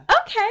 Okay